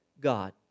God